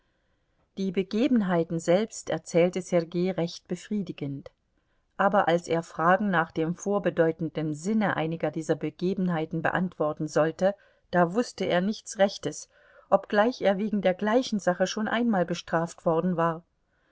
die begebenheiten selbst erzählte sergei recht befriedigend aber als er fragen nach dem vorbedeutenden sinne einiger dieser begebenheiten beantworten sollte da wußte er nichts rechtes obgleich er wegen der gleichen sache schon einmal bestraft worden war